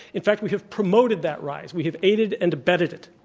in fact, we have promoted that rise. we have aided and abetted it.